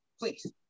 please